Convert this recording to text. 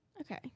Okay